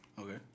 Okay